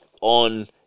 on